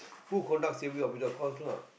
who conduct safety officer course lah